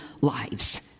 lives